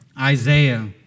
Isaiah